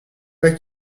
pas